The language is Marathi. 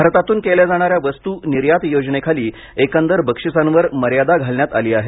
भारतातून केल्या जाणाऱ्या वस्तु निर्यात योजनेखाली एकंदर बक्षीसांवर मर्यादा घालण्यात आली आहे